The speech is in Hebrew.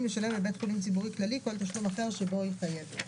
לשלם לבית חולים ציבורי כללי כל תשלום אחר שבו היא חייבת.